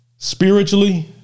Spiritually